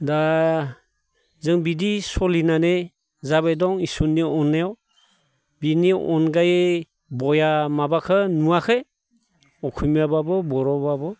दा जों बिदि सोलिनानै जाबाय दं इसोरनि अन्नायाव बेनि अनगायै बया माबाखौ नुवाखै असमियाबाबो बर'बाबो